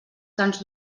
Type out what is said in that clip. cants